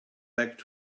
back